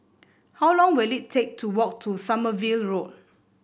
how long will it take to walk to Sommerville Road